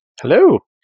Hello